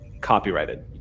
copyrighted